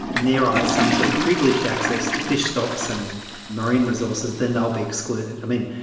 in their eyes some sort of privileged access to fish stocks and marine resources, then they will be excluded. i mean,